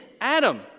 Adam